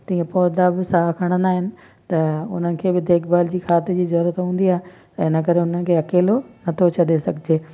तीअं पौधा बि साह खणंदा आहिनि त उन्हनि खे बि देखभाल जी खाधे जी ज़रूरत हूंदी आहे ऐं इन करे हुन खे अकेलो नथो छॾे सघिजे